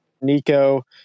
Nico